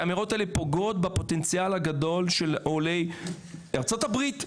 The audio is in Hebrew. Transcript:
כי האמירות האלה פוגעות בפוטנציאל הגדול של עולי ארצות הברית,